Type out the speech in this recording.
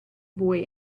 boy